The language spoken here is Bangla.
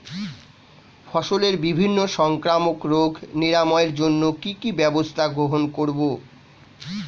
ফসলের বিভিন্ন সংক্রামক রোগ নিরাময়ের জন্য কি কি ব্যবস্থা গ্রহণ করব?